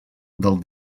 del